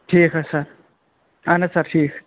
ٹھیٖک حظ سَر اہَن حظ سَر ٹھیٖک